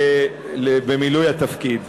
במילוי התפקיד.